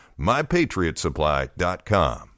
MyPatriotsupply.com